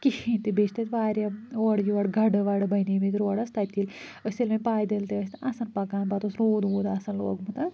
کِہیٖنۍ تہِ بیٚیہِ تَہِ واریاہ اورٕ یورٕ گڑٕوڑٕ بَنے مٕتۍ روڈَس تَتہِ ییٚلہِ أسۍ ییٚلہِ وۄں پیدل تہِ ٲسۍ آسان پکان پَتہٕ اوس روٗد ووٗد آس لوگمُت